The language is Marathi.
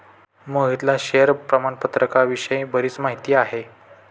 मोहितला शेअर प्रामाणपत्राविषयी बरीच माहिती आहे